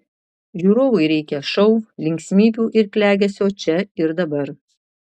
žiūrovui reikia šou linksmybių ir klegesio čia ir dabar